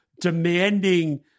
demanding